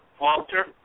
Walter